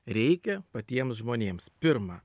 reikia patiems žmonėms pirma